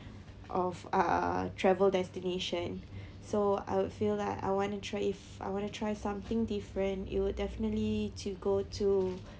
of uh travel destination so I would feel like I want to try if I want to try something different it would definitely to go to